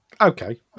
Okay